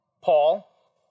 Paul